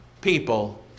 people